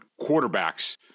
quarterbacks